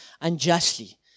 unjustly